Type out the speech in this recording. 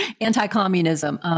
Anti-communism